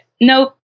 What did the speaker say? nope